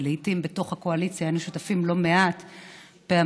ולעיתים בתוך הקואליציה היינו שותפים לה לא מעט פעמים,